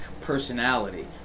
personality